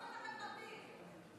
הרסתם את המדינה, החוסן החברתי.